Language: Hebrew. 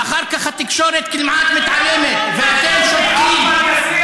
ואחר כך התקשורת כמעט מתעלמת, ואתם שותקים.